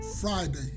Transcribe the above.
Friday